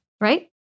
right